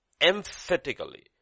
emphatically